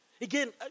Again